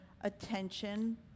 attention